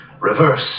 reverse